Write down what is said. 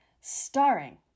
starring